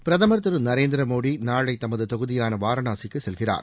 பிரதம் திரு நரேந்திர மோடி நாளை தமது தொகுதியான வாரணாசிக்கு செல்கிறார்